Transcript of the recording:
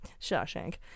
Shawshank